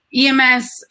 EMS